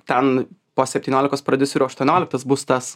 ten po septyniolikos prodiuserių aštuonioliktas bus tas